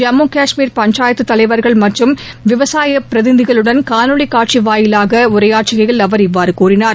ஜம்மு கஷ்மீர் பஞ்சாயத்து தலைவர்கள் மற்றும் விவசாய பிரதிநிதிகளுடன் காணொலிக் காட்சி வாயிலாக உரையாற்றுகையில் அவர் இவ்வாறு கூறினார்